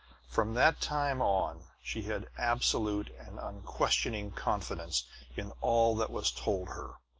from that time on she had absolute and unquestioning confidence in all that was told her.